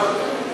מה זה?